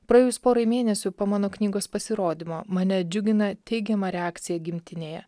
praėjus porai mėnesių po mano knygos pasirodymo mane džiugina teigiama reakcija gimtinėje